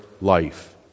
life